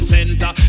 Center